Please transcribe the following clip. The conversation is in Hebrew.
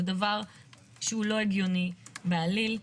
זה דבר שהוא לא הגיוני בעליל.